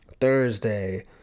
thursday